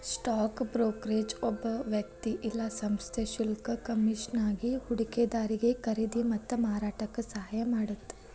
stock brokerage ಒಬ್ಬ ವ್ಯಕ್ತಿ ಇಲ್ಲಾ ಸಂಸ್ಥೆ ಶುಲ್ಕ ಕಮಿಷನ್ಗಾಗಿ ಹೂಡಿಕೆದಾರಿಗಿ ಖರೇದಿ ಮತ್ತ ಮಾರಾಟಕ್ಕ ಸಹಾಯ ಮಾಡತ್ತ